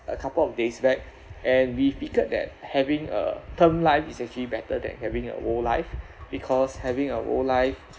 a couple of days back and we figured that having a term life is actually better than having a all life because having a all life